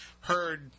heard